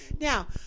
Now